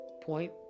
point